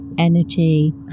energy